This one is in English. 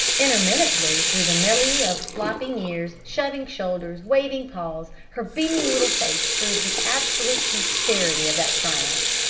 intermittently through the melee of flapping ears shoving shoulders waving paws, her beaming little face proved the absolute sincerity of that triumph.